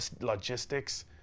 Logistics